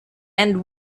and